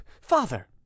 father